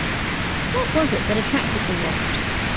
what was it that attracted the wasps?